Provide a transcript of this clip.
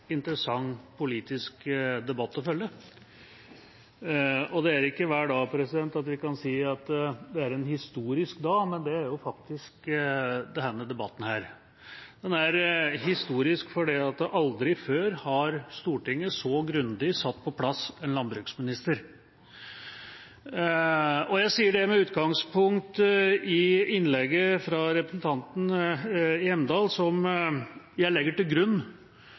interessant politisk debatt å følge. Det er ikke hver dag vi kan si at det er en historisk dag, men det er det faktisk med denne debatten. Den er historisk fordi aldri før har Stortinget så grundig satt en landbruksminister på plass. Jeg sier det med utgangspunkt i innlegget fra representanten Hjemdal, som jeg legger til grunn